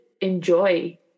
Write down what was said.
enjoy